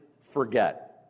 forget